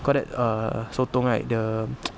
call that err sotong right the